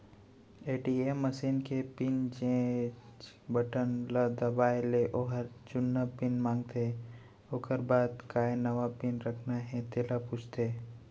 ATM machine के pin change button ल दबाए ले ओहर जुन्ना पिन मांगथे ओकर बाद काय नवा पिन रखना हे तेला पूछथे